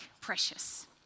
precious